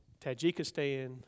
Tajikistan